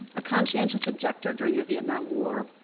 a conscientious objector during the vietnam war,